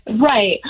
Right